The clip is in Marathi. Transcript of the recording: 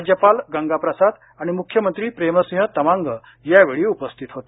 राज्यपाल गंगाप्रसाद आणि मुख्यमंत्री प्रेमसिंह तमांग या वेळी उपस्थित होते